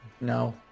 No